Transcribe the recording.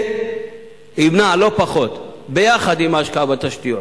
זה ימנע לא פחות, ביחד עם ההשקעה בתשתיות.